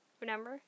Remember